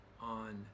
on